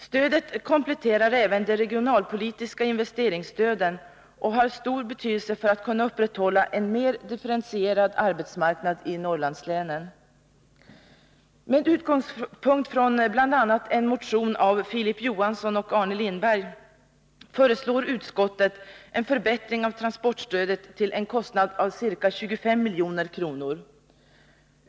Stödet kompletterar även de regionalpolitiska investeringsstöden och har stor betydelse för att man skall kunna upprätthålla en mer differentierad arbetsmarknad i Norrlandslänen. Med utgångspunkti bl.a. en motion av Filip Johansson och Arne Lindberg föreslår utskottet en förbättring av transportstödet till en kostnad av ca 25 milj.kr.